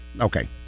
Okay